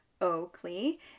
Oakley